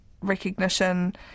recognition